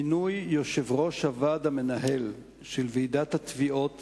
מינוי יושב-ראש הוועד המנהל של ועידת התביעות